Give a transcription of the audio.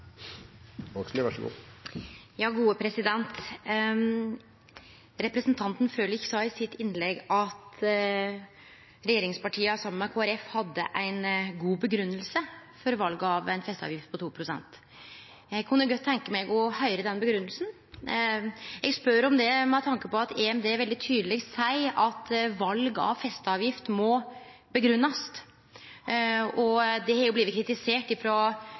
Representanten Frølich sa i innlegget sitt at regjeringspartia saman med Kristeleg Folkeparti hadde ei god grunngjeving for valet av ei festeavgift på 2 pst. Eg kunne godt tenkje meg å høyre den grunngjevinga. Eg spør om det med tanke på at EMD veldig tydeleg seier at val av festeavgift må grunngjevast. Det har blitt kritisert